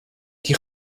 die